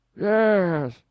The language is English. Yes